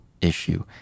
issue